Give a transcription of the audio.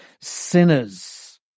sinners